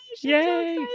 Yay